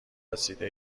رسیده